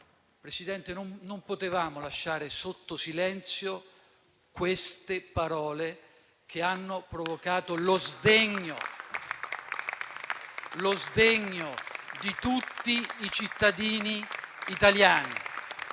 Presidente, non possiamo lasciare sotto silenzio queste parole che hanno provocato lo sdegno di tutti i cittadini italiani.